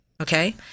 Okay